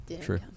True